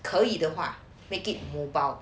可以的话 make it mobile